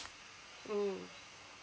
mm